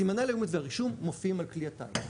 סימני הלאומיות והרישום מופיעים על כלי הטייס.